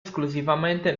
esclusivamente